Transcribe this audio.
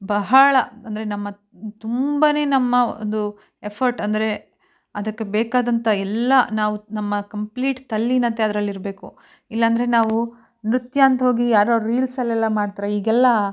ಬಹಳ ಅಂದರೆ ನಮ್ಮ ತುಂಬನೇ ನಮ್ಮ ಒಂದು ಎಫರ್ಟ್ ಅಂದರೆ ಅದಕ್ಕೆ ಬೇಕಾದಂಥ ಎಲ್ಲ ನಾವು ನಮ್ಮ ಕಂಪ್ಲೀಟ್ ತಲ್ಲೀನತೆ ಅದರಲ್ಲಿ ಇರಬೇಕು ಇಲ್ಲ ಅಂದ್ರೆ ನಾವು ನೃತ್ಯ ಅಂತ ಹೋಗಿ ಯಾರೋ ರೀಲ್ಸಲ್ಲಿ ಎಲ್ಲ ಮಾಡ್ತಾರೋ ಈಗೆಲ್ಲ